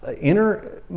inner